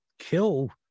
kill